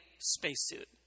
spacesuit